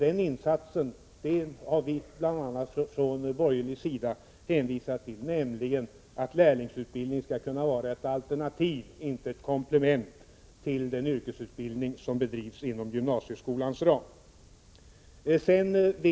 En insats har vi från borgerlig sida pekat på, nämligen att lärlingsutbildningen skulle kunna vara ett alternativ, inte ett komplement, till den yrkesutbildning som bedrivs inom gymnasieskolans ram.